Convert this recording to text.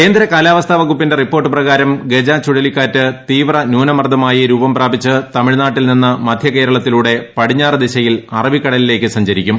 കേന്ദ്ര കാലാവസ്ഥാവകുപ്പിന്റെ റിപ്പോർട്ട് പ്രകാരം ഗജ ചുഴലിക്കാറ്റ് തീവ്ര ന്യൂനമർദ്ദമായി രൂപം പ്രാപിച്ച് തമിഴ്നാട്ടിൽ നിന്ന് മദ്ധ്യ കേരളത്തിലൂടെ പടിഞ്ഞാറ് ദിശയിൽ അറബിക്കടലിലേയ്ക്ക് സഞ്ചരിക്കും